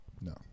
No